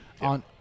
on